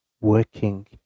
working